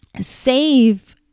save